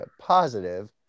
positive